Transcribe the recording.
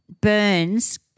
Burns